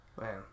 Man